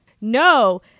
no